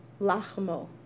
Lachmo